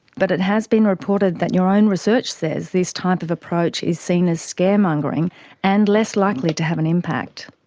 but it has been reported that your own research says this type of approach is seen as scare-mongering and less likely to have an impact.